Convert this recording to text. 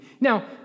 Now